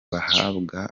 bahabwaga